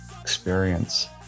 experience